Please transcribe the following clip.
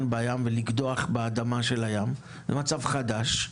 בים ולקדוח באדמה של הים זה מצב חדש.